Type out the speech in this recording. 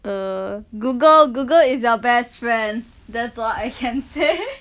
err google google is your best friend that's all I can say